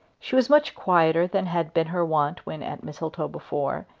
she was much quieter than had been her wont when at mistletoe before,